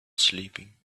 sleeping